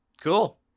cool